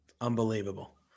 Unbelievable